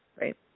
right